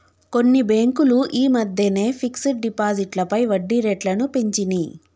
కొన్ని బ్యేంకులు యీ మద్దెనే ఫిక్స్డ్ డిపాజిట్లపై వడ్డీరేట్లను పెంచినియ్